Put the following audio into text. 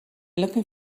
looking